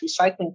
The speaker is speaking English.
recycling